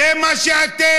זה מה שאתם.